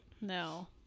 No